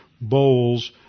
bowls